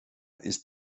ist